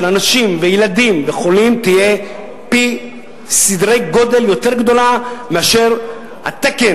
אנשים וילדים וחולים תהיה בסדרי-גודל גדולה מהתקן